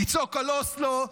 לצעוק על אוסלו,